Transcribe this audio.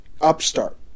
upstart